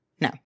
No